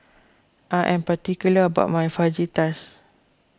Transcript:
I am particular about my Fajitas